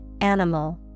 animal